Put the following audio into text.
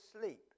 sleep